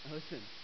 listen